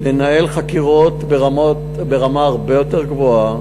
לנהל חקירות ברמה הרבה יותר גבוהה,